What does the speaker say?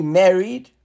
married